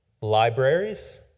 libraries